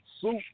Soup